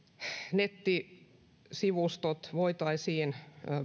nettisivustot voitaisiin